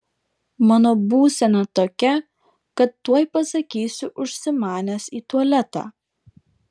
mano būsena tokia kad tuoj pasakysiu užsimanęs į tualetą